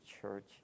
church